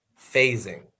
phasing